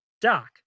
Doc